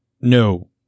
No